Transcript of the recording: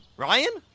ryan?